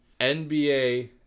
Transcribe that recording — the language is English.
NBA